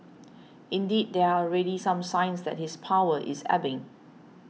indeed there are already some signs that his power is ebbing